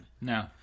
no